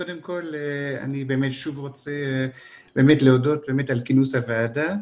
קודם כל אני באמת רוצה להודות על כינוס הוועדה.